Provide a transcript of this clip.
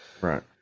right